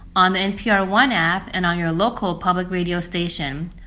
on the npr one app and on your local public radio station.